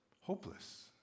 Hopeless